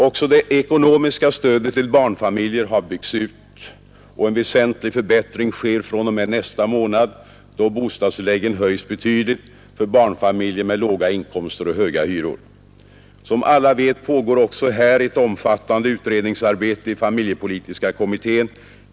Också det ekonomiska stödet till barnfamiljer har byggts ut, och en väsentlig förbättring sker fr.o.m. nästa månad, då bostadstilläggen höjs betydligt för barnfamiljer med låga inkomster och höga hyror. Som alla vet pågår också här ett omfattande utredningsarbete i familjepolitiska kommittén.